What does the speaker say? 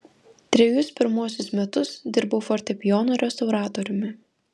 trejus pirmuosius metus dirbau fortepijonų restauratoriumi